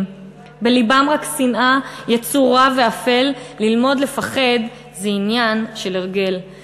// בלבם רק שנאה / יצר רע ואפל / ללמוד לפחד / זה עניין של הרגל //